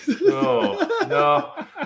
no